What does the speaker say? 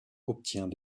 obtient